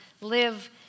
live